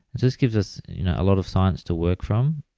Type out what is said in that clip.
this gives us a lot of science to work from.